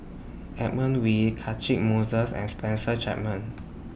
Edmund Wee Catchick Moses and Spencer Chapman